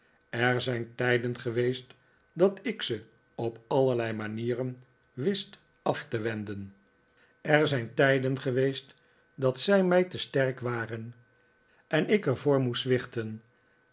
er zijn tijden geweest dat ik ze op allerlei manieren wist af te wenden er zijn tijden geweest dat zij mij te opnieuw de micawber's sterk waren en ik er voor moest